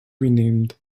renamed